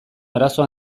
arazo